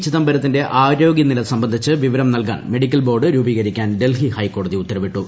ചിദംബരത്തിന്റെ ആരോഗൃനില സംബന്ധിച്ച് വിവരം നൽകാൻ മെഡിക്കൽ ബോർഡ് രൂപീകരിക്കാൻ ഡൽഹി ഹൈക്കോടതി ഉത്തരവിട്ടു